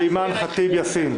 ואימאן ח'טיב יאסין.